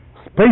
space